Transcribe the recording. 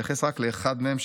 אתייחס רק לאחד מהם,